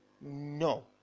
no